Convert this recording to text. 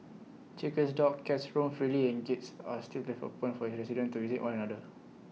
chickens dogs cats roam freely and gates are still left open for residents to visit one another